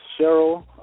Cheryl